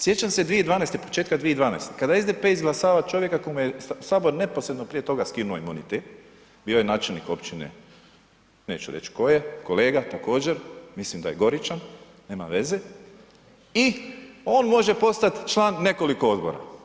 Sjećam se 2012., početka 2012. kada SDP izglasava čovjeka kojem je Sabor neposredno prije toga skinuo imunitet, bio je načelnik općine, neću reći koje, kolega također, mislim da je Goričan, nema veze i on može postati član nekoliko odbora.